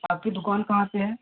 आपकी दुकान कहाँ पर है